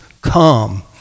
come